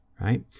right